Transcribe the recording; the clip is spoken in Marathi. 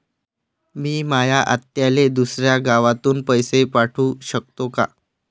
मी माया आत्याले दुसऱ्या गावातून पैसे पाठू शकतो का?